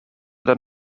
than